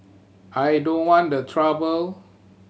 I don't want the trouble